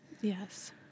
Yes